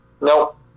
nope